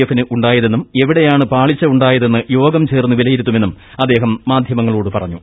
എഫിന് ഉണ്ടായതെന്നും എവിടെയാണ് പാളിച്ച ഉണ്ടായതെന്ന് യോഗം ചേർന്ന് വിലയൂരുത്തുമെന്നും അദ്ദേഹം മാധ്യമങ്ങളോട് പറഞ്ഞു